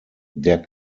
der